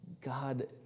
God